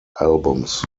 albums